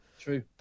true